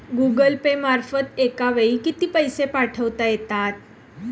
Google Pay मार्फत एका वेळी किती पैसे पाठवता येतात?